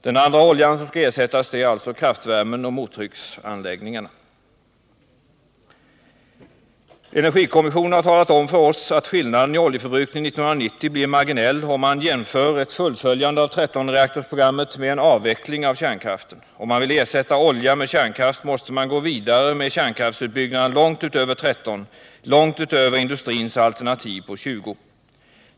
Den andra oljan som skall ersättas finns i kraftvärmeoch mottrycksanläggningarna. Energikommissionen har talat om för oss att skillnaden i oljeförbrukning 1990 blir marginell, om man jämför ett fullföljande av 13 reaktorsprogrammet med en avveckling av kärnkraften. Om man vill ersätta olja med kärnkraft, måste man gå vidare med kärnkraftsutbyggnaden långt utöver 13 och långt utöver industrins alternativ på 20.